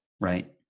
Right